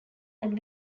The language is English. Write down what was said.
had